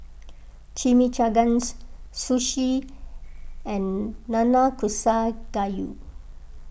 Chimichangas Sushi and Nanakusa Gayu